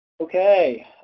Okay